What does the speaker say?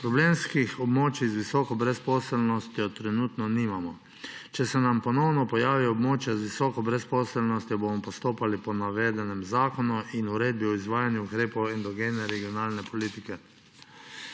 Problemskih območij z visoko brezposelnostjo trenutno nimamo. Če se nam ponovno pojavijo območja z visoko brezposelnostjo, bomo postopali po navedenem zakonu in Uredbi o izvajanju ukrepov endogene regionalne politike.